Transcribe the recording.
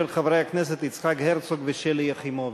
של חברי הכנסת יצחק הרצוג ושלי יחימוביץ.